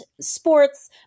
sports